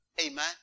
Amen